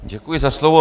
Děkuji za slovo.